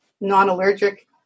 non-allergic